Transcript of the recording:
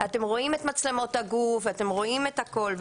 אצתם רואים את מצלמות הגוף ואתם רואים את הכול,